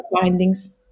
findings